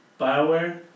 BioWare